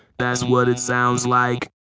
that's what it sounds like